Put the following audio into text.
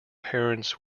parents